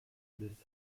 des